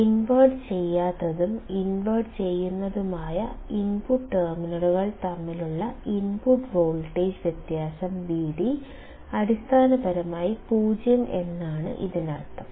invert ചെയ്യാത്തതും invert ചെയ്യുന്നതുമായ input ടെർമിനലുകൾ തമ്മിലുള്ള ഇൻപുട്ട് വോൾട്ടേജ് വ്യത്യാസം Vd അടിസ്ഥാനപരമായി 0 എന്നാണ് ഇതിനർത്ഥം